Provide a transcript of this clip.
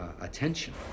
attention